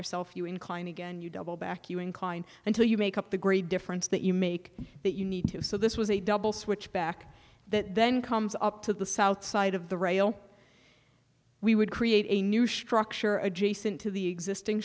yourself you incline again you double back you incline until you make up the grade difference that you make that you need to so this was a double switch back that then comes up to the south side of the rail we would create a new structure adjacent to the existing